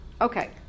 Okay